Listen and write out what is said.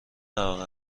طبقه